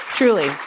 Truly